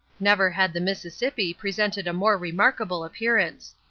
never had the mississippi presented a more remarkable appearance.